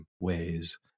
ways